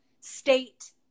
state